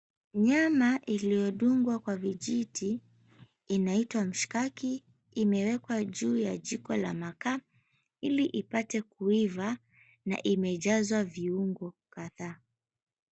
Nyama iliyodungwa kwa vijiti inaitwa mshikaki, imewekwa juu ya jiko la makaa, ili ipate kuiva na imejazwa viungo kadhaa.